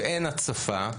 שאין הצפה,